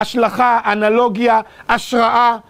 השלכה, אנלוגיה, השראה.